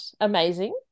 amazing